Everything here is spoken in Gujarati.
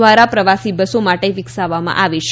દ્વારા પ્રવાસી બસો માટે વિકસવવામાં આવી છે